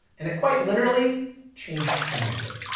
and it quite literally changed everything.